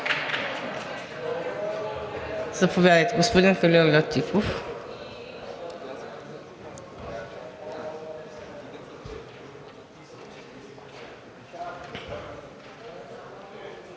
Заповядайте, господин Халил Летифов.